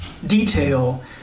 detail